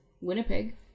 Winnipeg